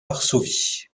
varsovie